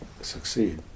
succeed